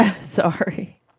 Sorry